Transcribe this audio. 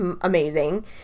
amazing